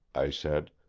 i said,